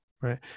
Right